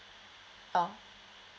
oh